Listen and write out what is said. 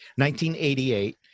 1988